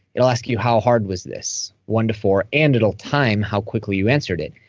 it'll ask you, how hard was this? one to four, and it'll time how quickly you answered it.